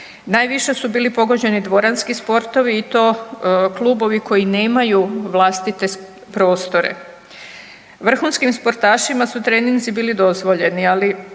Najviše su bili pogođeni dvoranski sportovi i to klubovi koji nemaju vlastite prostore. Vrhunskim sportašima su treninzi bili dozvoljeni, ali